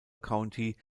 county